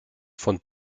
von